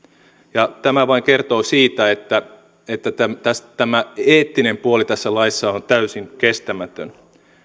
ja tämä vain kertoo siitä että että tämä eettinen puoli tässä laissa on täysin kestämätön